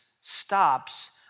stops